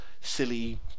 silly